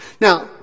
Now